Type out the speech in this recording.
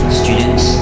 students